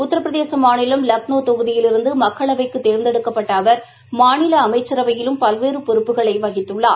உத்திரபிரதேசமாநிலம் லக்னோதொகுதியிலிருந்துமக்களவைக்குதேர்ந்தெடுக்கப்பட்ட அவர் மாநிலஅமைச்சரவையிலும் பல்வேறுபொறுப்புக்களைவகித்துள்ளார்